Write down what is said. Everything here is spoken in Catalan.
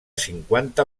cinquanta